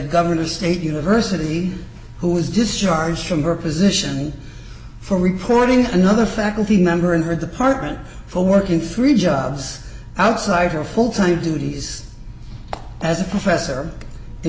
gov state university who was discharged from her position from reporting another faculty member in her department for working three jobs outside her fulltime duties as a professor in